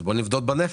אז בוא נבדוק בנפח,